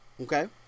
Okay